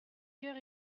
heure